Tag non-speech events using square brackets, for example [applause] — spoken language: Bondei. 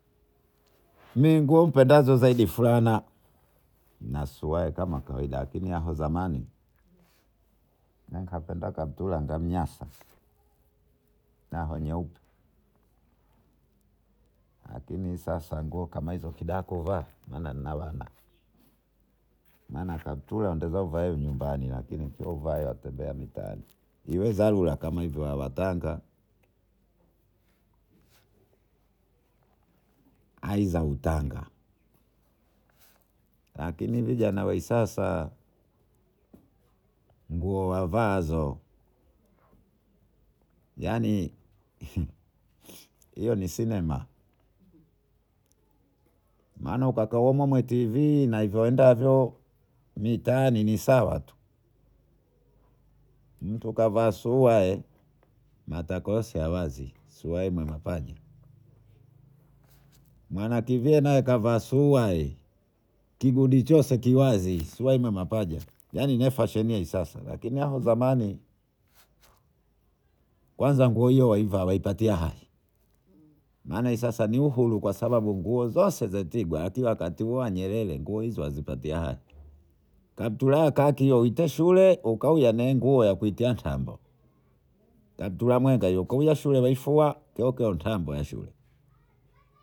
Mi nguo nipendazo zaidi ni furana na suruhali kama kawaida lakini halo zamani nikapenda kabtura ndamnyasa nda nyeupe lakini sasa nguo kama hizo takakuvaa maana nina wana maana kabtura weza uvae nyumbani lakini sio uvae watembea mitaani iwezarula kama hivyo yawa tanga Aisha utanga lakini hivi vijana wa usasa nguo wavaao yani hiyo ni sinema maana ukaumoumo TV naivyoendavo mitaani ni sasa tuu mtu kavaa suhare matako yote ya wazi share kwenye mapaja mana TV naye kavae suhare kigudu chote kiwazi suhare kwenye mapaja naye ifashenie isasa lakini hapo zamani kwanza nguo hiyo waiva waipatia wahi màna isasa ni uhuru kwa sababu nguo zote watigwa wakati huo wa Nyerere nguo hiyo wazipatia kabtura hiyo ya kaki utoe shule ukahuya nguo yakuitiashambo kabtura mwenga ukahuye while waifua [unintelligible]